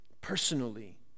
personally